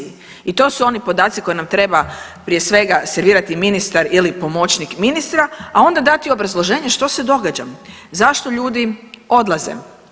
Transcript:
I to su oni podaci koje nam treba prije svega servirati ministar ili pomoćnik ministra, a onda dati obrazloženje što se događa, zašto ljudi odlaze.